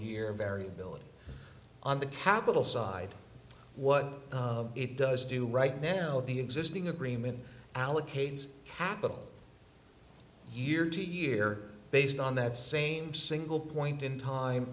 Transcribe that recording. year variability on the capital side what it does do right now the existing agreement allocates capital year to year based on that same single point in time